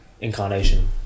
incarnation